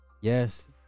Yes